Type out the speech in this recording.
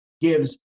gives